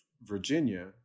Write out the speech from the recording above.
Virginia